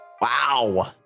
Wow